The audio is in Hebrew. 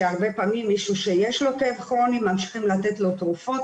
שהרבה פעמים מישהו שיש לו כאב כרוני ממשיכים לתת לו תרופות